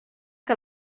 que